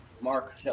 Mark